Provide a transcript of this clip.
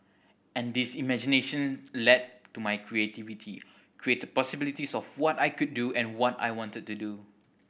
and this imagination led to my creativity created possibilities of what I could do and what I wanted to do